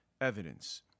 evidence